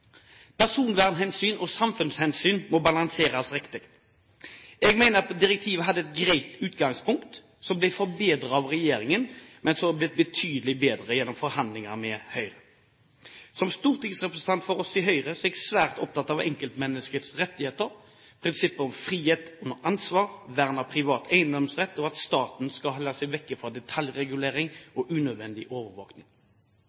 Personvernhensyn og samfunnshensyn må balanseres riktig. Jeg mener at direktivet hadde et greit utgangspunkt, som ble forbedret av regjeringen, men som er blitt betydelig bedre gjennom forhandlinger med Høyre. Som stortingsrepresentant for Høyre er jeg svært opptatt av enkeltmenneskets rettigheter, prinsippet om frihet under ansvar, vern av privat eiendomsrett og at staten skal holde seg vekk fra detaljregulering